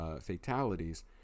fatalities